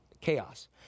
chaos